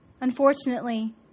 Unfortunately